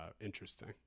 interesting